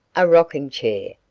a rocking chair,